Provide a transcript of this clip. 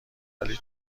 ولی